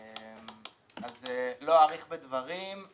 אז לא אאריך בדברים,